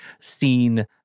seen